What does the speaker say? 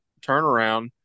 turnaround